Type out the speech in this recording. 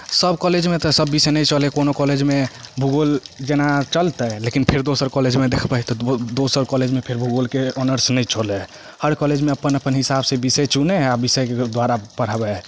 सब कॉलेजमे तऽ सब बिषय नहि चलै हइ कोनो कॉलेजमे भुगोल जेना चलतै लेकिन फिर दोसर कॉलेजमे देखबै तऽ दोसर कॉलेजमे फेर भुगोलके ऑनर्स नहि चलै हइ हर कॉलेजमे अपन अपन हिसाब से बिषय चुने हइ आ बिषयके द्वारा पढ़ाबै हइ